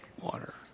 water